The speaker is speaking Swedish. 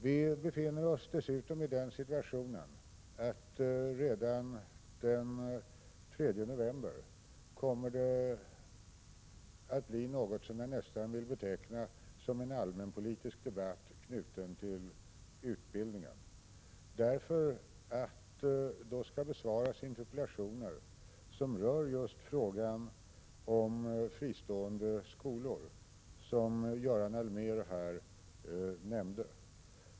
Vi befinner oss dessutom i den situationen att det redan den 3 november kommer att bli något som jag nästan vill beteckna som en allmänpolitisk debatt beträffande utbildningen. Då besvaras interpellationer som rör just frågan om fristående skolor, som Carl-Johan Wilson här nämnde.